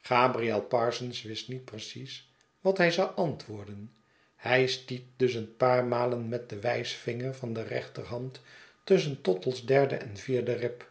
gabriel parsons wist niet precies wat hij zou antwoorden hij stiet dus een paar malen met den wijsvinger van de rechterhand tusschen tottle's derde en vierde rib